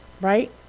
Right